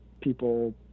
people